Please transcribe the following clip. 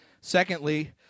Secondly